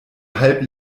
halb